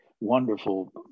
wonderful